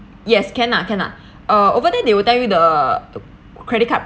yes can ah can ah uh over there they will tell you the credit card